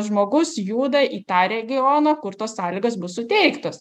žmogus juda į tą regioną kur tos sąlygos bus suteiktos